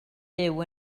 byw